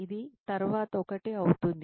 ఇది తరువాత 1 అవుతుంది